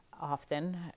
often